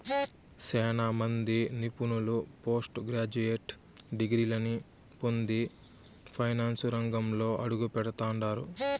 సేనా మంది నిపుణులు పోస్టు గ్రాడ్యుయేట్ డిగ్రీలని పొంది ఫైనాన్సు రంగంలో అడుగుపెడతండారు